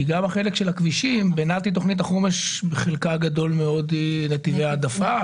כי חלקה הגדול של תכנית החומש הוא נתיבי העדפה,